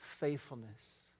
faithfulness